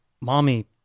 mommy